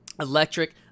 electric